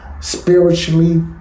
spiritually